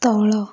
ତଳ